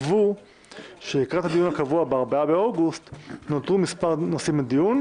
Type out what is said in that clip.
כתבו שלקראת הדיון הקבוע ב-4 באוגוסט נותרו מספר נושאים לדיון: